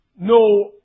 no